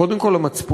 קודם כול המצפוניות.